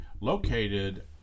located